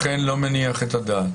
לכן לא מניח את הדעת.